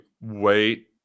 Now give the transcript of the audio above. wait